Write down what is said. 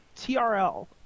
TRL